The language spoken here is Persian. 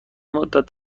مدت